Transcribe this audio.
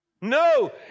No